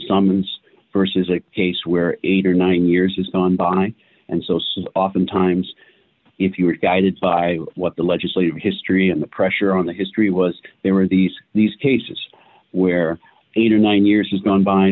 summons versus a case where eight or nine years has gone by and so says oftentimes if you are guided by what the legislative history of the pressure on the history was there were these these cases where eight or nine years has gone by